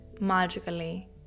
magically